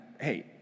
hey